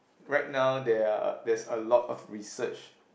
right now there are there's a lot of research